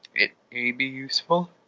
it may be useful.